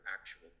actual